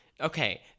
Okay